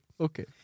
Okay